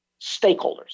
stakeholders